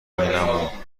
مینامم